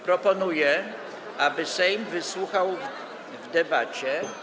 Proponuję, aby Sejm wysłuchał w debacie.